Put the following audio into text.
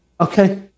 okay